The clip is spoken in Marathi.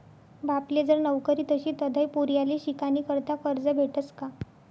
बापले जर नवकरी नशी तधय पोर्याले शिकानीकरता करजं भेटस का?